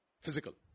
physical